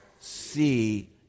see